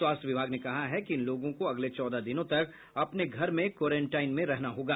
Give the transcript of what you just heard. स्वास्थ्य विभाग ने कहा है कि इन लोगों को अगले चौदह दिनों तक अपने घर में क्वारेनटाइन में रहना होगा